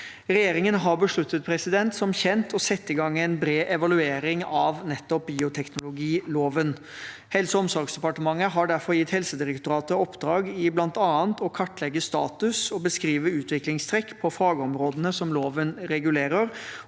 Regjeringen har som kjent besluttet å sette i gang en bred evaluering av bioteknologiloven. Helse- og omsorgsdepartementet har derfor gitt Helsedirektoratet i oppdrag bl.a. å kartlegge status og beskrive utviklingstrekk på fagområdene som loven regulerer,